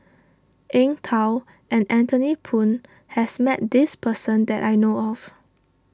Eng Tow and Anthony Poon has met this person that I know of